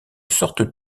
sorte